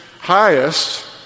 highest